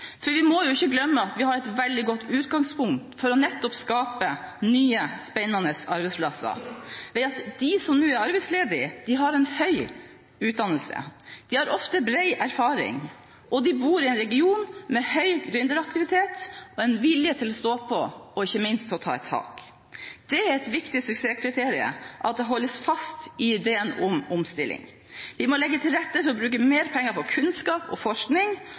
For vi må ikke glemme at vi har et veldig godt utgangspunkt for nettopp å skape nye, spennende arbeidsplasser ved at de som nå er arbeidsledige, har høy utdannelse, har ofte bred erfaring og bor i en region med høy gründeraktivitet og en vilje til å stå på og, ikke minst, ta et tak. Det er et viktig suksesskriterium at det holdes fast i ideen om omstilling. Vi må legge til rette for å bruke mer penger på kunnskap og forskning